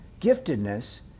giftedness